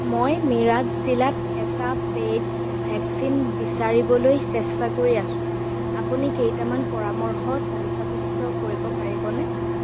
মই মিৰাট জিলাত এটা পেইড ভেকচিন বিচাৰিবলৈ চেষ্টা কৰি আছোঁ আপুনি কেইটামান পৰামৰ্শ তালিকাভুক্ত কৰিব পাৰিবনে